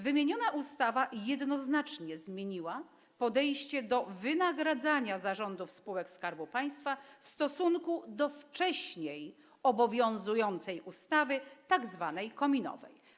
Wymieniona ustawa jednoznacznie zmieniła podejście do wynagradzania zarządów spółek Skarbu Państwa w stosunku do wcześniej obowiązującej ustawy tzw. kominowej.